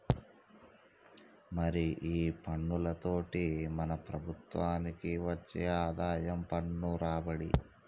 మరి ఈ పన్నులతోటి మన ప్రభుత్వనికి వచ్చే ఆదాయం పన్ను రాబడి